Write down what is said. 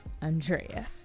Andrea